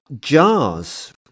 jars